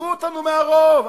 עזבו אותנו מהרוב,